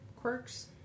quirks